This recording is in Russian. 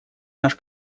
наш